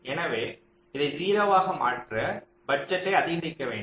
எனவே இதை 0 வாக மாற்ற பட்ஜெட்டை அதிகரிக்க வேண்டும்